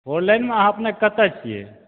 four लेनमे अहाँ अपने कतऽ छियै